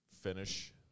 finish